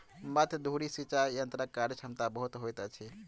मध्य धुरी सिचाई यंत्रक कार्यक्षमता बहुत होइत अछि